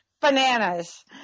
bananas